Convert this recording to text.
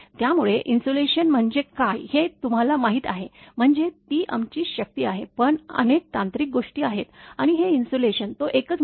त्यामुळे इन्सुलेशन म्हणजे काय हे तुम्हाला माहीत आहे म्हणजे ती आमची शक्ती आहे पण अनेक तांत्रिक गोष्टी आहेत आणि हे इन्सुलेशन तो एकच मुख्य नाही